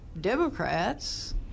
Democrats